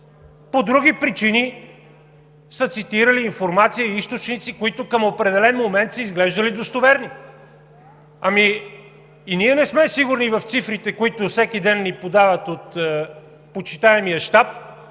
по други причини са цитирали информация и източници, които към определен момент са изглеждали достоверни. Ами и ние не сме сигурни в цифрите, които всеки ден ни подават от почитаемия щаб,